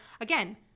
again